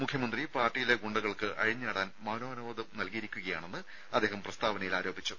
മുഖ്യമന്ത്രി പാർട്ടിയിലെ ഗുണ്ടകൾക്ക് അഴിഞ്ഞാടാൻ മൌനാനുവാദം നൽകിയിരിക്കുകയാണെന്ന് അദ്ദേഹം പ്രസ്താവനയിൽ ആരോപിച്ചു